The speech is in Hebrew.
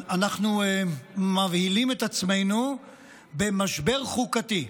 אנחנו מבהילים את עצמנו במשבר חוקתי.